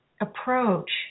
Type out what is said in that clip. approach